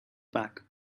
pack